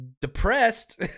depressed